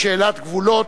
בשאלות של גבולות,